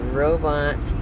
robot